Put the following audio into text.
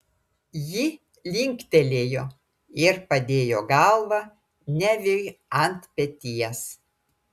ji linktelėjo ir padėjo galvą neviui ant peties